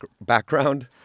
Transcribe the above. background